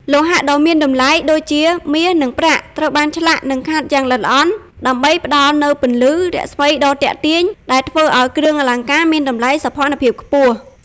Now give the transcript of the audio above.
លោហៈដ៏មានតម្លៃដូចជា មាស និងប្រាក់ ត្រូវបានឆ្លាក់ និងខាត់យ៉ាងល្អិតល្អន់ ដើម្បីផ្តល់នូវពន្លឺរស្មីដ៏ទាក់ទាញ ដែលធ្វើឱ្យគ្រឿងអលង្ការមានតម្លៃសោភ័ណភាពខ្ពស់។